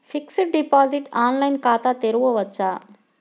Fixed deposit online ఖాతా తెరువవచ్చా?